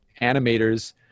animators